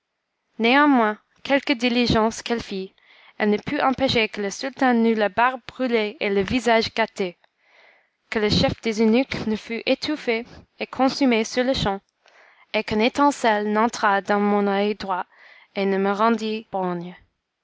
néanmoins quelque diligence qu'elle fît elle ne put empêcher que le sultan n'eût la barbe brûlée et le visage gâté que le chef des eunuques ne fût étouffé et consumé sur-le-champ et qu'une étincelle n'entrât dans mon oeil droit et ne me rendît